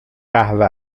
قهوه